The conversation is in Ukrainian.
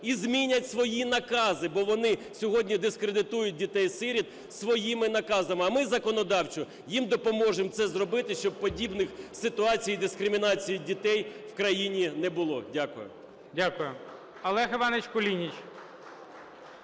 і змінять свої накази, бо вони сьогодні дискредитують дітей-сиріт своїми наказами. А ми законодавчо їм допоможемо це зробити, щоб подібних ситуацій дискримінації дітей в країні не було. Дякую. ГОЛОВУЮЧИЙ. Дякую. Олег Іванович Кулініч.